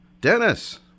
Dennis